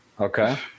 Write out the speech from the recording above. okay